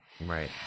Right